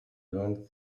learned